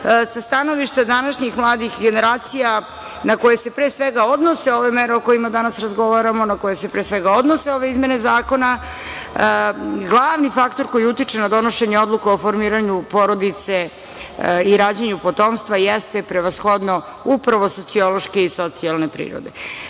sa stanovišta današnjih mladih generacija na koje se, pre svega odnose ove mere o kojima danas razgovaramo, na koje se, pre svega, odnose ove izmene zakona, glavni faktor koji utiče na donošenje ove odluke o formiranju porodice i rađanju potomstva jeste prevashodno upravo sociološke i socijalne